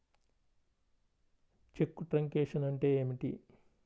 చెక్కు truncation అంటే ఏమిటి?